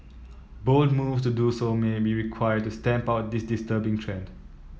bold moves to do so may be required to stamp out this disturbing trend